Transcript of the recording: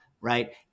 right